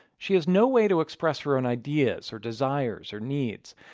she has no way to express her own ideas or desires or needs.